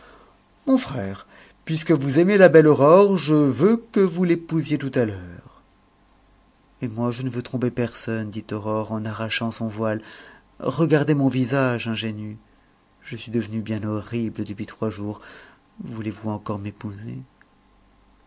mon frère puisque vous aimez la belle aurore je veux que vous l'épousiez tout à l'heure et moi je ne veux tromper personne dit aurore en arrachant son voile regardez mon visage ingénu je suis devenue bien horrible depuis trois jours voulez-vous encore m'épouser